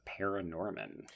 Paranorman